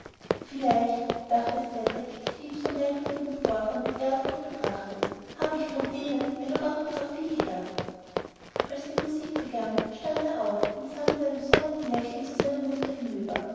vielleicht dachte cedrik die ihm so merkwürdigen vorfahren mit ehrfurcht betrachtend hab ich von denen meine orthographie geerbt als die musik begann stand er auf und sah mit einem sonnigen lächeln zu seiner mutter hinüber